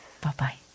Bye-bye